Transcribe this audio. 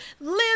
live